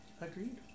Agreed